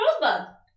Rosebud